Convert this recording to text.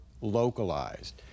localized